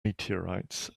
meteorites